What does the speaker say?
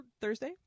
Thursday